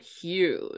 huge